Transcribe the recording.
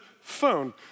phone